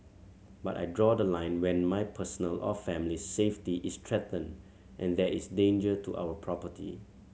but I draw the line when my personal or family's safety is threatened and there is danger to our property